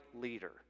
leader